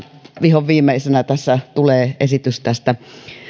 vihonviimeisenä tässä tulee esitys